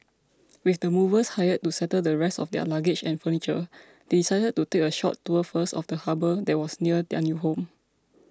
with the movers hired to settle the rest of their luggage and furniture they decided to take a short tour first of the harbour that was near their new home